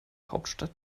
hauptstadt